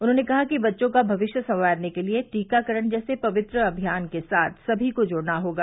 उन्होंने कहा कि बच्चों का भविष्य संवारने के लिये टीकाकरण जैसे पवित्र अमियान के साथ समी को जुड़ना होगा